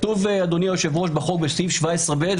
כתוב בסעיף 17ב,